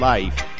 Life